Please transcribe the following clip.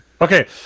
Okay